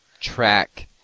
track